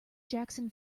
jackson